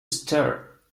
stir